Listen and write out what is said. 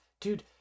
Dude